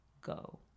go